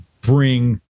bring